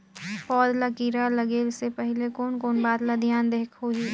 पौध ला कीरा लगे से पहले कोन कोन बात ला धियान देहेक होही?